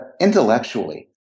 intellectually